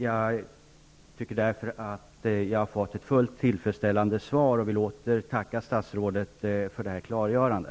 Jag tycker därför att jag har fått ett fullt tillfredsställande svar. Jag vill åter tacka statsrådet för detta klargörande.